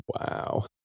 wow